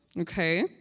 okay